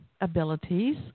abilities